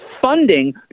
funding